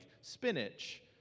spinach